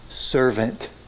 Servant